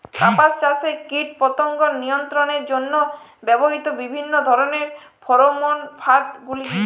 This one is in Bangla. কাপাস চাষে কীটপতঙ্গ নিয়ন্ত্রণের জন্য ব্যবহৃত বিভিন্ন ধরণের ফেরোমোন ফাঁদ গুলি কী?